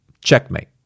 Checkmate